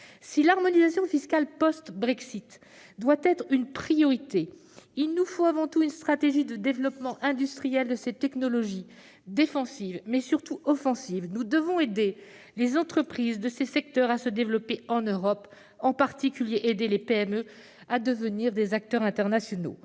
Si l'harmonisation fiscale post-Brexit doit être une priorité, il nous faut avant tout une stratégie de développement industriel, défensive mais surtout offensive, de ces technologies. Nous devons aider les entreprises de ces secteurs à se développer en Europe, et en particulier aider les PME à devenir des acteurs internationaux.